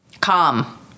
Calm